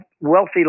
wealthy